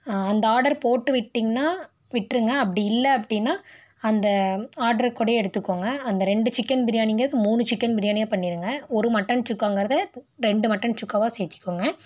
அந்த ஆடர் போட்டு விட்டிங்கன்னா விட்டுருங்க அப்படி இல்லை அப்படின்னா அந்த ஆடர் கூட எடுத்துக்கோங்க அந்த ரெண்டு சிக்கன் பிரியாணிங்கிறது மூணு சிக்கன் பிரியாணியாக பண்ணிவிடுங்க ஒரு மட்டன் சுக்காங்கிறத ரெண்டு மட்டன் சுக்காவாக சேர்த்திக்கோங்க